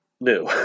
new